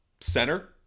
Center